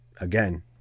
again